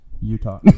Utah